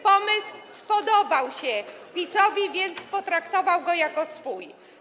Pomysł spodobał się PiS-owi, więc potraktował go jak swój.